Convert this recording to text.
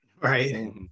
Right